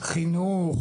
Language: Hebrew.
חינוך